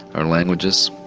our languages,